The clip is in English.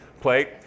plate